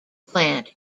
plant